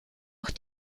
auch